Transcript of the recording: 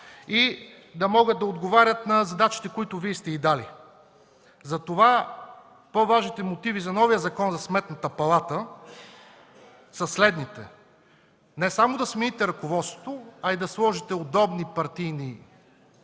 и да могат да отговарят на задачите, които сте им дали. Затова по-важните мотиви за новия Закон за Сметната палата са следните: не само да смените ръководството, а и да сложите удобни партийни хора,